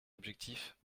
objectif